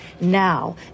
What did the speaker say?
Now